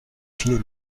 viel